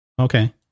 Okay